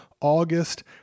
August